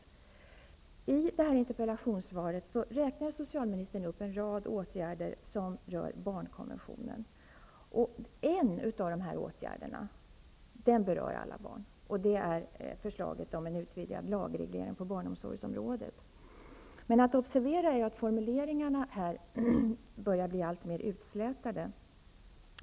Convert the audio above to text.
Socialministern räknade i sitt interpellationssvar upp en rad åtgärder som rör barnkonventionen. En av åtgärderna gäller alla barn, nämligen förslaget om en utvidgad lagreglering på barnomsorgsområdet. Observera att formuleringarna börjar bli alltmer utslätade.